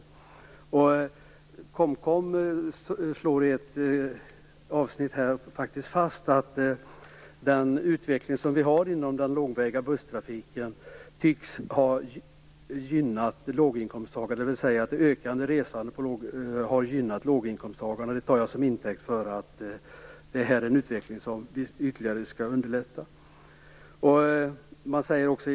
KOMKOM slår i ett avsnitt faktiskt fast att utvecklingen inom den långväga busstrafiken tycks ha gynnat låginkomsttagare, dvs. det ökande resandet har gynnat låginkomsttagarna. Det tar jag som intäkt för att det här är en utveckling som vi skall underlätta ytterligare.